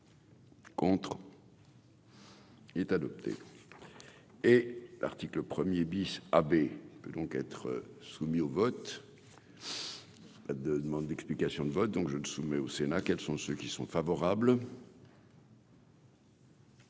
pour. Il est adopté, et l'article 1er bis donc être soumis au vote de demandes d'explications de vote, donc je me soumets au Sénat, quels sont ceux qui sont favorables.